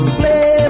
play